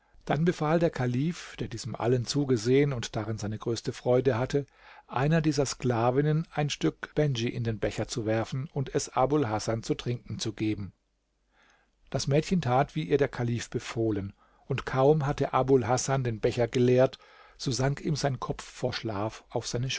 dann befahl der kalif der diesem allen zugesehen und daran seine größte freude hatte einer dieser sklavinnen ein stück bendj in den becher zu werfen und es abul hasan zu trinken zu geben das mädchen tat wie ihr der kalif befohlen und kaum hatte abul hasan den becher geleert so sank ihm sein kopf vor schlaf auf seine